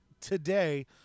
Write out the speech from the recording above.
today